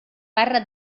barra